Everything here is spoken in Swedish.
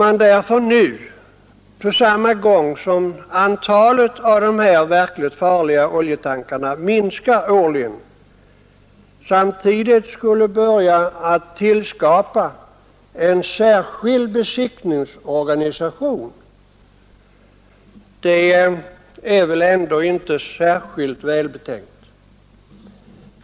Att samtidigt som antalet verkligt farliga oljetankar minskar årligen skapa en särskild besiktningsorganisation är väl ändå inte särskilt välbetänkt.